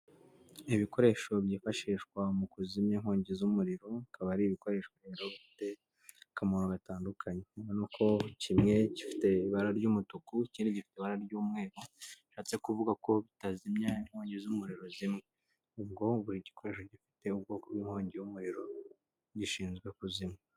Ibikoresho byifashishwa mu kuzimya inkongi z'umuriro, bikaba ari ibikoresho bifite akamaro gatandukanye uko kimwe gifite ibara ry'umutuku, ikindi gifite ibara ry'umweru; bishatse kuvuga ko bitazimya inkongi z'umuriro zimwe kuko buri gikoresho gifite ubwoko bw'inkongi y'umuriro gishinzwe kuzimu.